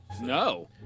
No